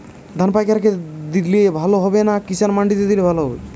ধান পাইকার কে দিলে ভালো হবে না কিষান মন্ডিতে দিলে ভালো হবে?